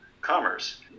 commerce